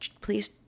please